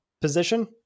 position